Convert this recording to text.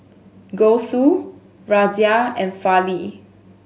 Gouthu Razia and Fali